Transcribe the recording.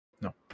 No